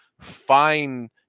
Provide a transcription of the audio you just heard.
fine